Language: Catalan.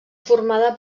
formada